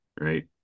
right